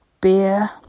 beer